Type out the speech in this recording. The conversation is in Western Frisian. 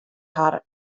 har